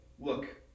look